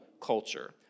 culture